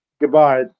Goodbye